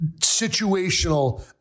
situational